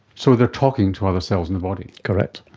so they are talking to other cells in the body? correct.